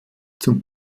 zum